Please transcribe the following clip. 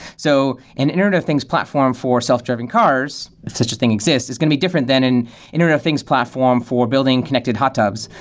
so an internet of things platform for self-driving cars, if such a thing exists, it's going to be different than an internet of things platform for building connected hot tubs,